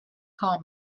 call